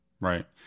Right